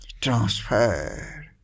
transfer